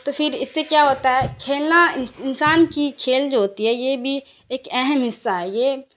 تو پھر اس سے کیا ہوتا ہے کھیلنا انسان کی کھیل جو ہوتی ہے یہ بھی ایک اہم حصہ ہے یہ